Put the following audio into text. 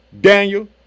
Daniel